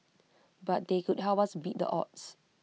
but they could help us beat the odds